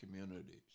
communities